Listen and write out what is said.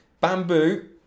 Bamboo